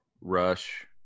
rush